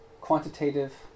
quantitative